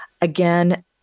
Again